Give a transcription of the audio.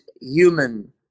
human